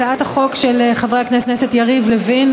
הצעת החוק של חברי הכנסת יריב לוין,